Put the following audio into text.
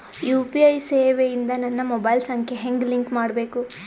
UPI ಸೇವೆ ಇಂದ ನನ್ನ ಮೊಬೈಲ್ ಸಂಖ್ಯೆ ಹೆಂಗ್ ಲಿಂಕ್ ಮಾಡಬೇಕು?